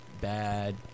bad